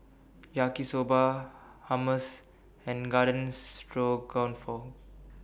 Yaki Soba Hummus and Garden Stroganoff